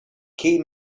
key